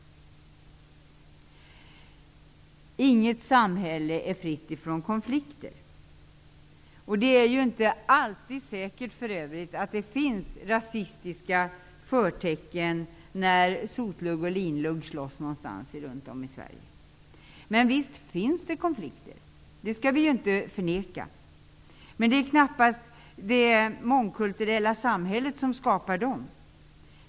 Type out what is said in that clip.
Inget samhälle är fritt från konflikter. Det är för övrigt inte alltid säkert att det finns rasistiska förtecken när Sotlugg och Linlugg slåss någonstans runtom i Sverige. Visst finns det konflikter. Det skall vi inte förneka. Men det är knappast det mångkulturella samhället som skapar dem.